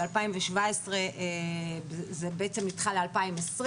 ב-2017 זה נדחה ל-2020,